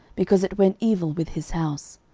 because it went evil with his house.